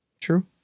True